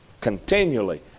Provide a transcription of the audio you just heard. continually